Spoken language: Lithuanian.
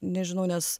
nežinau nes